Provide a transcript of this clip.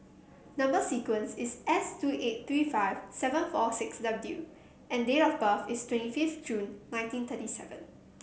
number sequence is S two eight three five seven four six W and date of birth is twenty fifth June nineteen thirty seven